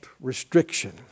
restriction